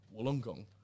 Wollongong